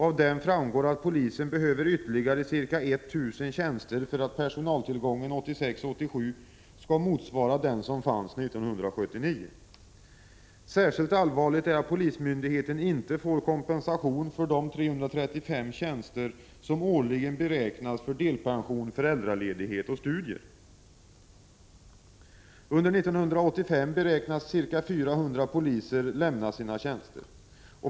Av den framgår att polisen behöver ytterligare ca 1 000 tjänster för att personaltillgången 1986/87 skall motsvara den som fanns 1979. Särskilt allvarligt är att polismyndigheten inte får kompensation för de 335 tjänster som årligen beräknas för delpension, föräldraledighet och studier. Under 1985 uppskattas ca 400 poliser lämna sina tjänster.